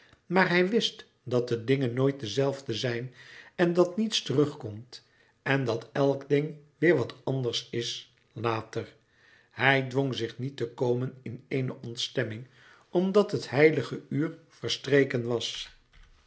maar hij wist dat de dingen nooit de zelfde zijn en dat niets terugkomt en dat elk ding weêr wat anders is later hij dwong zich niet te komen in eene ontstemming omdat het heilige uur verstreken was